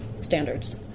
standards